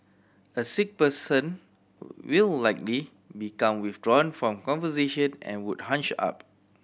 a sick person will likely become withdrawn from conversation and would hunch up